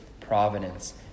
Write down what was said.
providence